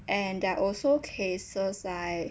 and there are also cases like